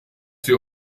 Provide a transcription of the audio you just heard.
wir